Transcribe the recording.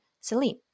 Celine